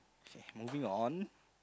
k moving on